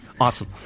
Awesome